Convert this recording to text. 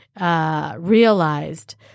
Realized